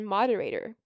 Moderator